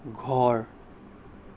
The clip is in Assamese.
ঘৰ